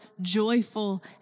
joyful